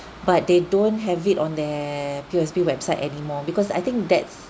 but they don't have it on their P_O_S_B website anymore because I think that's